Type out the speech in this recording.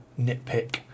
nitpick